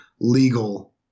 legal